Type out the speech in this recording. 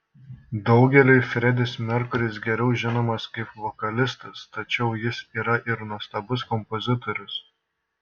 daugeliui fredis merkuris geriau žinomas kaip vokalistas tačiau jis yra ir nuostabus kompozitorius